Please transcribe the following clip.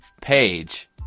page